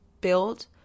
build